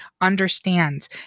understands